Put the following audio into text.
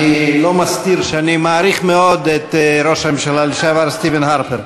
אני לא מסתיר שאני מעריך מאוד את ראש הממשלה לשעבר סטיבן הרפר.